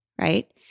right